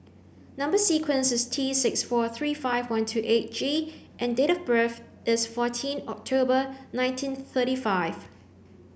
number sequence is T six four three five one two eight G and date of birth is fourteen October nineteen thirty five